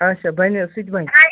اچھا بَنہِ حظ سُہ تہِ بَنہِ